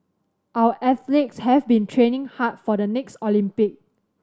our athletes have been training hard for the next Olympic